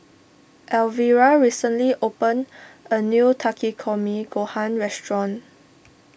Alvira recently opened a new Takikomi Gohan restaurant